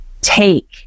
take